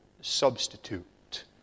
substitute